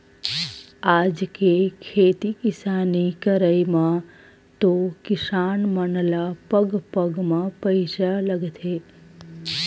आज के खेती किसानी करई म तो किसान मन ल पग पग म पइसा लगथे